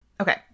Okay